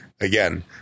again